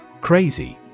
Crazy